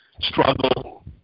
struggle